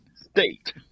State